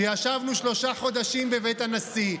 ישבנו שלושה חודשים בבית הנשיא,